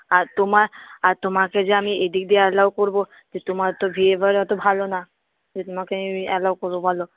আর তোমার আর তোমাকে যে আমি এদিক দিয়ে অ্যালাও করব তোমার তো বিহেভিয়ার অত ভালো না যে তোমাকে আমি অ্যালাও করব বলো